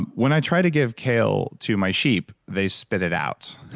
when i try to give kale to my sheep, they spit it out.